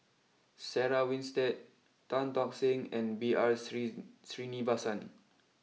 Sarah Winstedt Tan Tock Seng and B R three Threenivasan